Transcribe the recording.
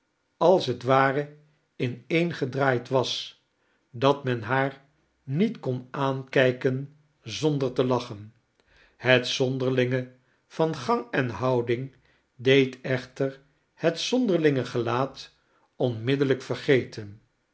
als t ware ineengedraaid was dat men haar niet kon aankijken zonder te lachen het zonderlinge van gang en houding deed echter het zonderlinge gelaat onmiddellijk vergeten